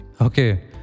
Okay